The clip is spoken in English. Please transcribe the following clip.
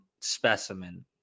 specimen